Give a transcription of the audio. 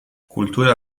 kultura